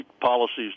policies